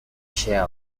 share